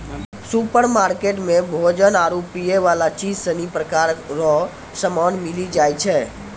supermarket मे भोजन आरु पीयवला चीज सनी प्रकार रो समान मिली जाय छै